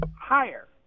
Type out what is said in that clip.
higher